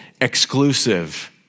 exclusive